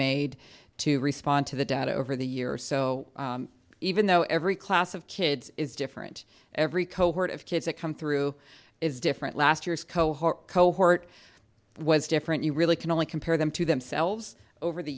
made to respond to the data over the years so even though every class of kids is different every cohort of kids that come through is different last year's cohort cohort was different you really can only compare them to themselves over the